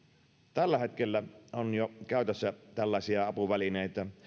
tällä hetkellä on jo käytössä tällaisia apuvälineitä